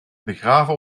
begraven